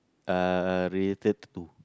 uh related to